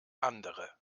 andere